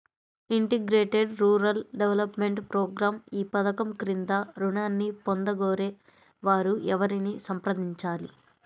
Integrated rural development programme ఈ పధకం క్రింద ఋణాన్ని పొందగోరే వారు ఎవరిని సంప్రదించాలి?